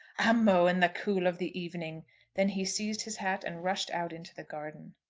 amo in the cool of the evening then he seized his hat and rushed out into the garden.